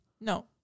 No